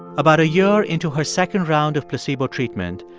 about a year into her second round of placebo treatment,